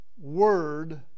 word